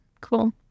cool